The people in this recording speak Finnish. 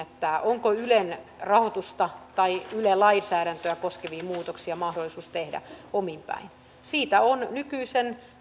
onko ylen rahoitusta tai yle lainsäädäntöä koskevia muutoksia mahdollisuus tehdä omin päin siitä on nykyisen lain